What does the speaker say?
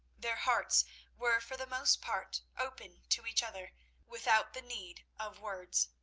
their hearts were for the most part open to each other without the need of words.